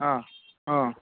অঁ অঁ